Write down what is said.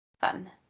Fun